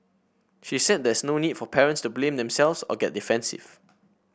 she said there is no need for parents to blame themselves or get defensive